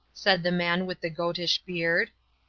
said the man with the goatish beard.